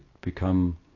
become